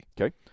Okay